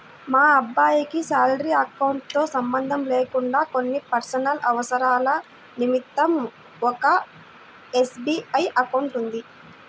మా అబ్బాయికి salary account తో సంబంధం లేకుండా కొన్ని పర్సనల్ అవసరాల నిమిత్తం ఒక ఎస్.బీ.ఐ అకౌంట్ ఉంది